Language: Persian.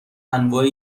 انواع